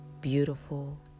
beautiful